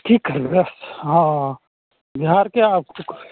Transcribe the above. की करबय हँ बिहारके